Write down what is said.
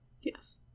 Yes